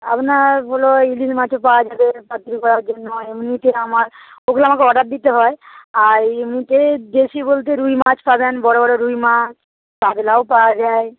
আপনার হল ইলিশ মাছও পাওয়া যাবে পাতুরি করার জন্য এমনিতে কেনা মাছ ওগুলো আমাকে অর্ডার দিতে হয় আর এমনিতে দেশি বলতে রুই মাছ পাবেন বড় বড় রুই মাছ কাতলাও পাওয়া যায়